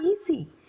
easy